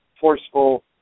forceful